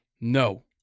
No